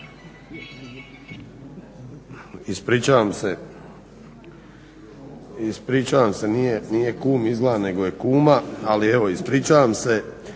i sam Ustav. Ispričavam se, nije kum izgleda nego je kuma, ali evo ispričavam se,